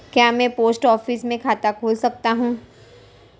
क्या मैं post office में खाता खोल सकता हूँ?